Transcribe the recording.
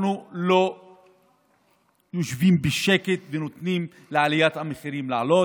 אנחנו לא יושבים בשקט ונותנים למחירים לעלות.